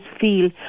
feel